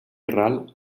ral